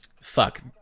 fuck